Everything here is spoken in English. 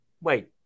Wait